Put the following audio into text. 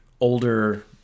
older